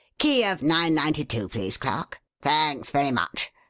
key of nine-ninety-two, please, clerk. thanks very much.